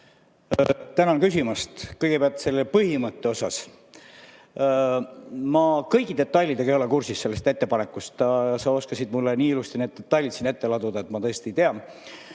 Tänan küsimast! Kõigepealt sellest põhimõttest. Ma kõigi detailidega ei ole kursis selle ettepaneku puhul. Sa oskasid mulle nii ilusti need detailid siin ette laduda, et ma tõesti ei tea.